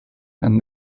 and